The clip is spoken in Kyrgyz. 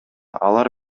алар